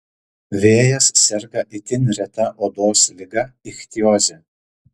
vėjas serga itin reta odos liga ichtioze